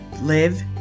live